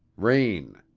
rain.